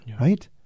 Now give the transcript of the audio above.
right